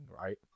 right